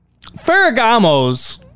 Ferragamo's